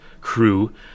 crew